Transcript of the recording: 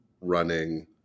running